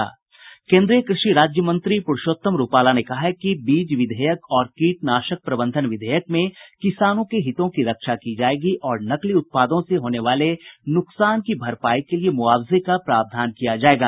केन्द्रीय कृषि राज्य मंत्री पुरुषोत्तम रूपाला ने कहा है कि बीज विधेयक और कीटनाशक प्रबंधन विधेयक में किसानों के हितों की रक्षा की जायेगी और नकली उत्पादों से होने वाले नुकसान की भरपाई के लिए मुआवजे का प्रावधान किया जायेगा